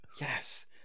Yes